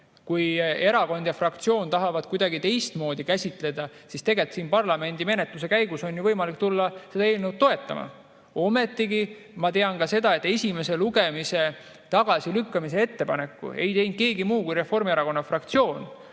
Kui erakond ja fraktsioon tahavad seda kuidagi teistmoodi käsitleda, siis tegelikult neil on siin parlamendi menetluse käigus võimalik tulla seda eelnõu toetama. Samas ma tean ka seda, et esimese lugemise tagasilükkamise ettepaneku ei teinud keegi muu kui Reformierakonna fraktsioon.